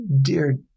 dear